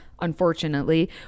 Unfortunately